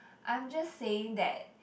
I'm just saying that